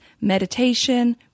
meditation